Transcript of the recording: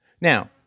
Now